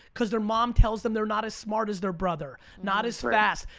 cause their mom tells them they're not as smart as their brother. not as fast.